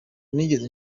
nigeze